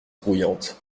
grouillante